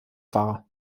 wahr